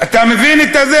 רבותי חברי הכנסת,